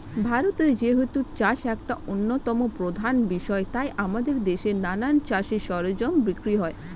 ভারতে যেহেতু চাষ একটা অন্যতম প্রধান বিষয় তাই আমাদের দেশে নানা চাষের সরঞ্জাম বিক্রি হয়